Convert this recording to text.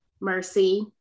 mercy